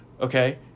Okay